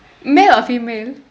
male or female